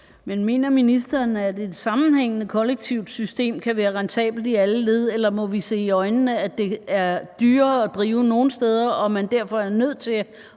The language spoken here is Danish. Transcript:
Men mener ministeren, at et sammenhængende kollektivt system kan være rentabelt i alle led, eller må vi se i øjnene, at det er dyrere at drive nogle steder, og at man derfor er nødt til at